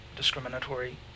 discriminatory